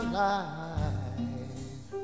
life